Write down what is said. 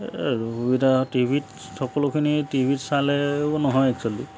আৰু সুবিধা টিভিত সকলোখিনি টিভিত চালেও নহয় একচুৱেলী